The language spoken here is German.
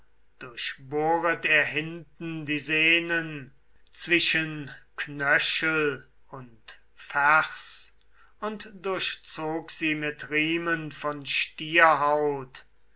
durchbohret er hinten die sehnen zwischen knöchel und fers und durchzog sie mit riemen von